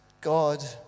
God